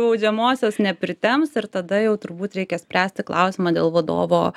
baudžiamosios nepritemps ir tada jau turbūt reikia spręsti klausimą dėl vadovo